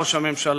ראש הממשלה,